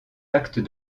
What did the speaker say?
actes